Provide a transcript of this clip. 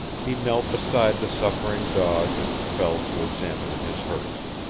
he knelt beside the suffering dog and fell to examining his hurts.